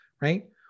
right